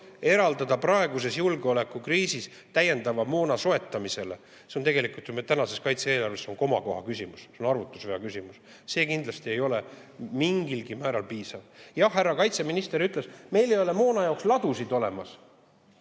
eraldada praeguses julgeolekukriisis täiendava moona soetamiseks, see on tegelikult ju meie tänases kaitse-eelarves komakoha küsimus, see arvutusvea küsimus. See kindlasti ei ole mingilgi määral piisav. Jah, härra kaitseminister ütles: meil ei ole moona jaoks ladusid olemas.